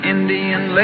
Indian